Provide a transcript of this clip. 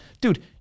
Dude